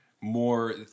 more